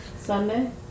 Sunday